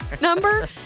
number